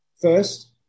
First